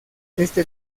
este